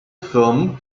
firmen